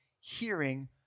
hearing